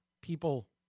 people